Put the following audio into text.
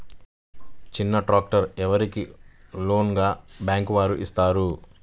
చిన్న ట్రాక్టర్ ఎవరికి లోన్గా బ్యాంక్ వారు ఇస్తారు?